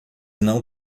não